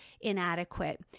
inadequate